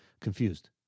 confused